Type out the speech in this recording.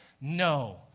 No